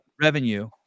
revenue